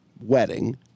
wedding